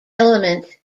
element